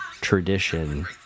tradition